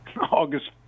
August